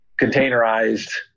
containerized